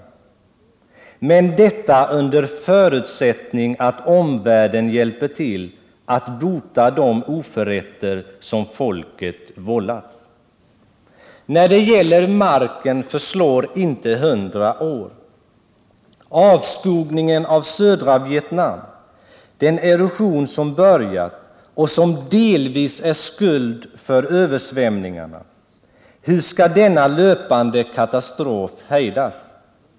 Men detta under förutsättning att omvärlden hjälper till att bota de oförrätter som folket vållats. När det gäller marken förslår inte hundra år. Avskogningen av södra Vietnam, den erosion som börjat, och som delvis är skuld till översvämningarna — hur ska denna löpande katastrof hejdas?